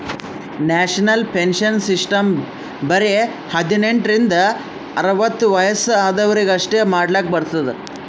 national pension system ಬರೆ ಹದಿನೆಂಟ ರಿಂದ ಅರ್ವತ್ ವಯಸ್ಸ ಆದ್ವರಿಗ್ ಅಷ್ಟೇ ಮಾಡ್ಲಕ್ ಬರ್ತುದ್